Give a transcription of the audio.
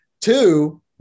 Two